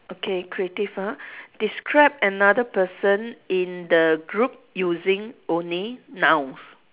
okay creative ah describe another person in the group using only nouns